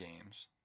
games